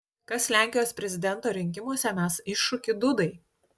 kas lenkijos prezidento rinkimuose mes iššūkį dudai